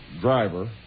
driver